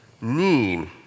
need